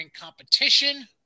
competition